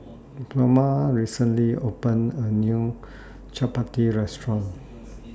Pluma recently opened A New Chapati Restaurant